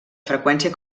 freqüència